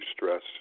stress